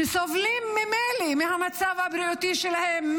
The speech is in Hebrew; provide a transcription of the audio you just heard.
שסובלים ממילא מהמצב הבריאותי שלהם,